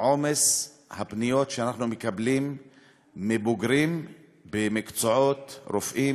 עומס הפניות שאנחנו מקבלים מבוגרים במקצועות רפואיים: